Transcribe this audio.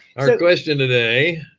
our question today,